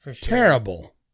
Terrible